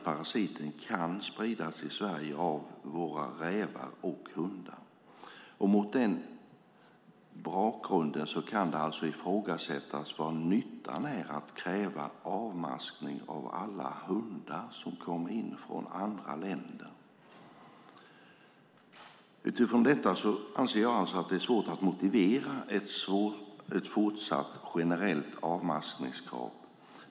Parasiten kan spridas i Sverige av rävar och hundar. Mot den bakgrunden kan man alltså ifrågasätta nyttan med att kräva avmaskning av alla hundar som kommer in från andra länder. Jag anser alltså att det är svårt att motivera ett fortsatt generellt avmaskningskrav.